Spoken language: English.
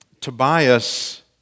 Tobias